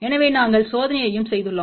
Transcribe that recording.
எனவே நாங்கள் சோதனையையும் செய்துள்ளோம்